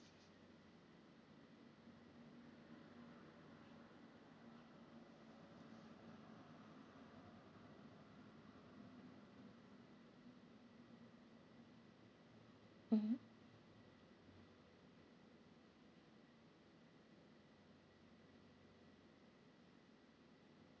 mmhmm